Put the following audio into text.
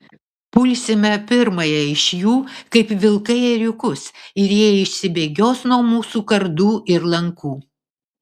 pulsime pirmąją iš jų kaip vilkai ėriukus ir jie išsibėgios nuo mūsų kardų ir lankų